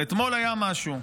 אבל אתמול היה משהו,